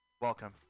Welcome